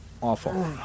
awful